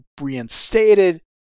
reinstated